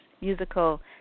Musical